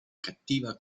cattiva